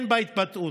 הן בהתבטאות.